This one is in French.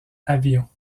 avions